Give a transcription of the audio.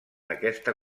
aquesta